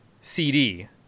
cd